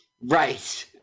right